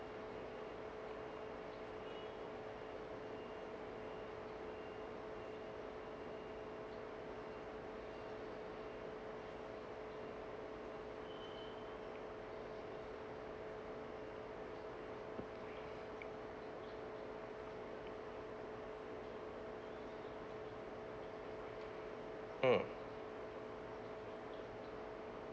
mm